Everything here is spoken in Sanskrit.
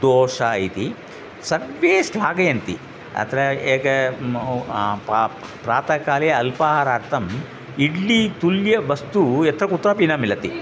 दोसा इति सर्वे श्लाघयन्ति अत्र एकं प्रातः काले अल्पाहारार्थम् इड्लितुल्य वस्तुः यत्रकुत्रापि न मिलति